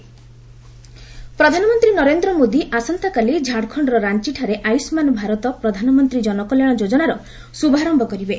PM Ayushman ପ୍ରଧାନମନ୍ତ୍ରୀ ନରେନ୍ଦ୍ର ମୋଦି ଆସନ୍ତାକାଲି ଝାଡ଼ଖଣର ରାଞ୍ଚଠାରେ ଆୟୁଷ୍କାନ ଭାରତ ପ୍ରଧାନମନ୍ତ୍ରୀ ଜନକଲ୍ୟାଣ ଯୋଜନାର ଶୁଭାରମ୍ଭ କରିବେ